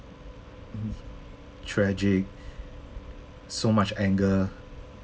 mm tragic so much anger